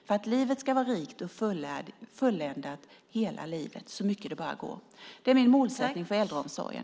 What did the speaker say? Hela livet ska vara rikt och fulländat, så mycket det bara går. Det är min målsättning för äldreomsorgen.